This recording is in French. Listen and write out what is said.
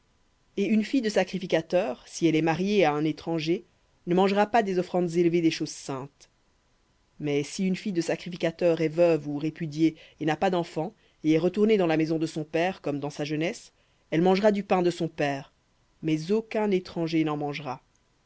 et une fille de sacrificateur si elle est à un étranger ne mangera pas des offrandes élevées des choses saintes mais si une fille de sacrificateur est veuve ou répudiée et n'a pas d'enfants et est retournée dans la maison de son père comme dans sa jeunesse elle mangera du pain de son père mais aucun étranger n'en mangera